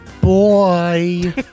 Boy